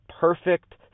perfect